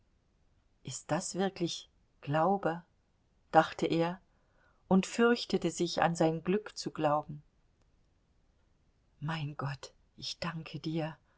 ist das wirklich glaube dachte er und fürchtete sich an sein glück zu glauben mein gott ich danke dir